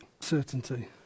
certainty